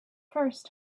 first